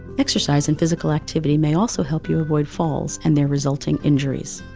exercise and physical activity may also help you avoid falls and their resulting injuries.